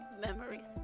memories